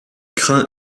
craint